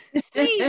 Steve